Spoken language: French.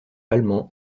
allemand